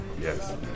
Yes